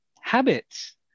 Habits